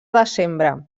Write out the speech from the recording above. desembre